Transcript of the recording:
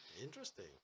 interesting